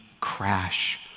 crash